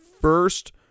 first